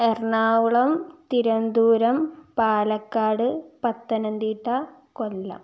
Ernakulam Thiruvananthapuram Palakkad Pathanamthitta Kollam